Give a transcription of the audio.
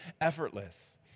effortless